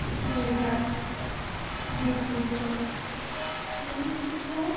Jorhat Dibrugarh Tinsukia